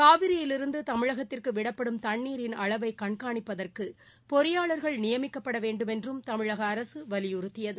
காவிரியிலிருந்துதமிழகத்திற்குவிடப்படும் அளவைகண்காணிப்பதற்குபொறியாளர்கள் தண்ணீரின் நியமிக்கப்படவேண்டுமென்றும் தமிழகஅரசுவலியுறுத்தியது